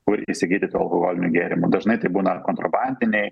kur įsigyti tų alkoholinių gėrimų dažnai tai būna kontrobandiniai